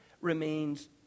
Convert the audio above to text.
remains